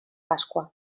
pasqua